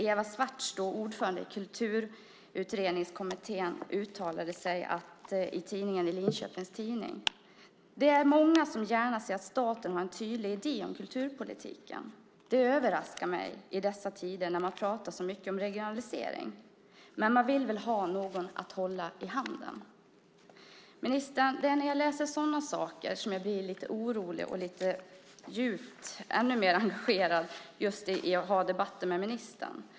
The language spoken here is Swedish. Eva Swartz som är ordförande i Kulturutredningskommittén uttalade i Linköpings Tidning: "Det är många som gärna ser att staten har en tydlig idé om kulturpolitiken. Det överraskar mig i dessa tider när man pratar så mycket om regionalisering. Men man vill väl ha någon att hålla i handen." Det är när jag läser sådana saker, ministern, som jag blir lite orolig och ännu mer engagerad i att ha debatter med ministern.